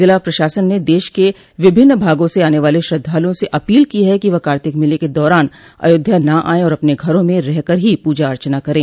ज़िला प्रशासन ने देश के विभिन्न भागों से आने वाले श्रद्धालुओं से अपील की है कि वह कार्तिक मेले के दौरान अयोध्या न आये और अपने घरों में रह कर ही पूजा अर्चना करे